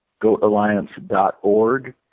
goatalliance.org